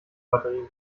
batterien